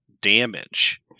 damage